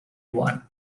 one